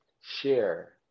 share